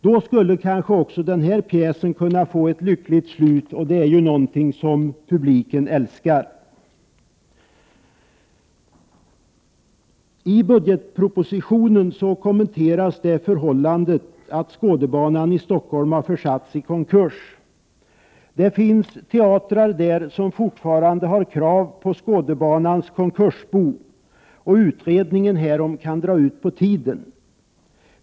Då skulle kanske också den här pjäsen kunna få ett lyckligt slut — det är ju någonting som publiken älskar. I budgetpropositionen kommenteras det förhållandet att Skådebanan i Stockholm har försatts i konkurs. Det finns teatrar som fortfarande har krav på Skådebanans konkursbo, och utredningen härom kan dra ut på tiden.